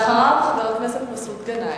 אחריו, חבר הכנסת מסעוד גנאים.